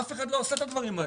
אף אחד לא עושה את הדברים האלה.